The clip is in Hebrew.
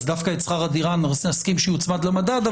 אז דווקא את שכר הדירה נסכים שיוצמד למדד?